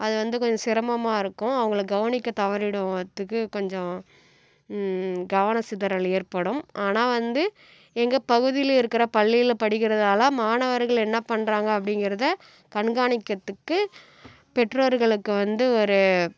அது வந்து கொஞ்சம் சிரமமாக இருக்கும் அவங்கள கவனிக்க தவறிடுதுக்கு கொஞ்சம் கவனச் சிதறல் ஏற்படும் ஆனால் வந்து எங்கள் பகுதியில் இருக்கிற பள்ளியில் படிக்கறதால் மாணவர்கள் என்னப் பண்ணுறாங்க அப்படிங்கறத கண்காணிக்கிறதுக்கு பெற்றோர்களுக்கு வந்து ஒரு